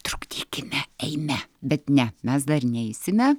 trukdykime eime bet ne mes dar neisime